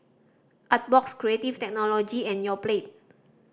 Artbox Creative Technology and Yoplait